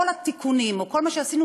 כל התיקונים או כל מה שעשינו,